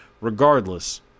regardless